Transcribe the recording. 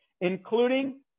including